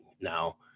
now